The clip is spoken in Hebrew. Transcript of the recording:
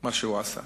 מה שהוא עשה.